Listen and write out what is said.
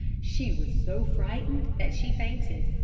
she was so frightened that she fainted,